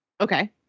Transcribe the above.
okay